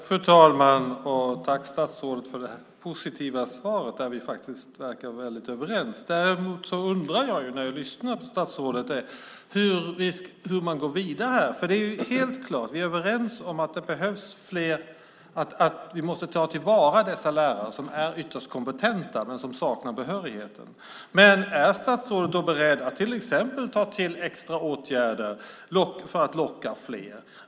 Fru talman! Tack, statsrådet, för det positiva svaret, där vi verkar vara väldigt överens! Däremot undrar jag när jag lyssnar på statsrådet hur man går vidare. Vi är överens om att vi måste ta till vara dessa lärare som är ytterst kompetenta men saknar behörigheten. Är statsrådet då beredd att till exempel ta till extra åtgärder för att locka fler?